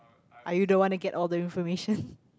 are you the one that get all the information